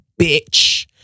bitch